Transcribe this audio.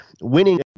winning